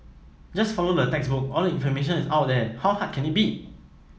just follow the textbook all the information is out there how hard can it be